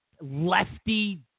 lefty